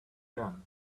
gun